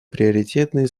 приоритетной